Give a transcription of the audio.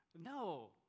No